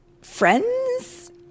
friends